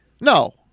No